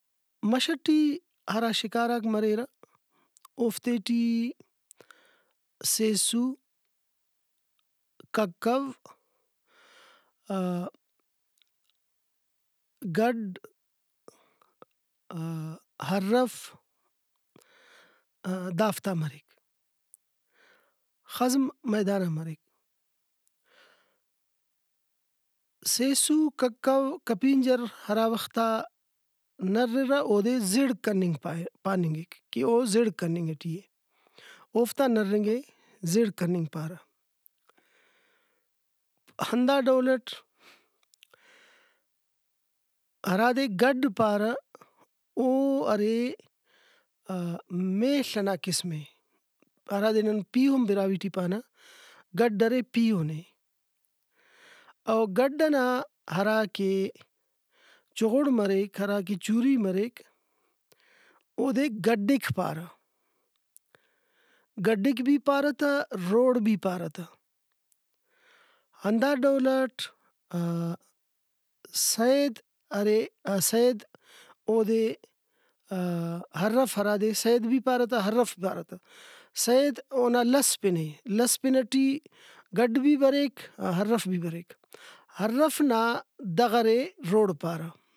مَش ٹی ہرا شکاراک مریرہ اوفتے ٹی سیسُو، ککو، گڈ، ہرف دافتا مریک۔ خزم میدانا مریک سیسُو، ککو، کپینجر ہرا وختا نررہ اودے زِڑ کننگ پاننگ کہ او زِڑ کننگ ٹی اے۔ اوفتا نرنگ ئے زِڑ کننگ پارہ ہندا ڈولٹ ہرادے گڈ پارہ او ارے میل ئنا قسم اے ہرادے نن پیہن براہوئی ٹی پانہ گڈ ارے پیہنے او گڈ ئنا ہراکہ چُغڑ مریک ہراکہ چُوری مریک اودے گڈک پارہ گڈک بھی پارہ تہ روڑ بھی پارہ تہ ہندا ڈولٹ سید ارے سید اودے ہرف ہرادے سید بھی پارہ تہ ہرف پارہ تہ سید اونا لس پنے لس پن ٹی گڈ بھی بریک ہرف بھی بریک